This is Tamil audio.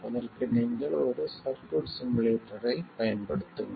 அதற்கு நீங்கள் ஒரு சர்க்யூட் சிமுலேட்டரைப் பயன்படுத்துங்கள்